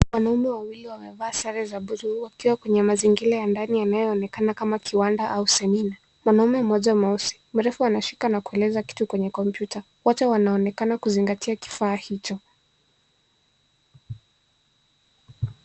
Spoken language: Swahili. Wanaume wawili wamevaa sare za buluu wakiwa kwenye mazingira ya ndani yanayoonekana kama kiwanda au seminar mwanaume mmoja mweusi, mrefu anashika na kueleza kitu kwenye kompyuta wote wanaonekana kuzingatia kifaa hicho.